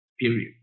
period